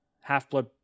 Half-Blood